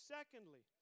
Secondly